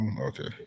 okay